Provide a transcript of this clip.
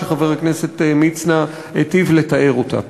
שחבר הכנסת מצנע היטיב לתאר אותה.